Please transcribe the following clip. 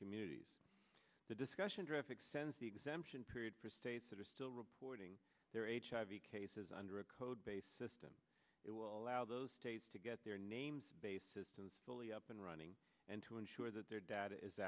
communities the discussion traffic sense the exemption period for states that are still reporting cases under a code based system it will allow those states to get their names based systems fully up and running and to ensure that their data is